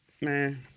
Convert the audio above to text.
man